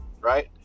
right